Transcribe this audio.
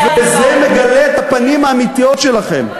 וזה מגלה את הפנים האמיתיות שלכם.